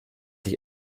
ich